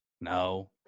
No